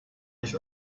nicht